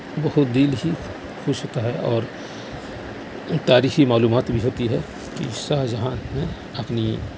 بہت دل ہی خوش ہوتا ہے اور ایک تاریخی معلومات بھی ہوتی ہے کہ شاہ جہاں نے اپنی